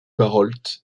barrault